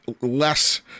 less